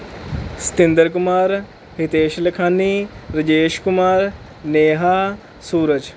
Satinder Kumar Nitesh Lakhani Rajesh Kumar Neha Suraj